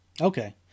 Okay